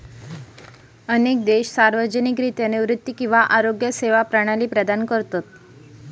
अनेक देश सार्वजनिकरित्या निवृत्ती किंवा आरोग्य सेवा प्रणाली प्रदान करतत